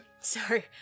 Sorry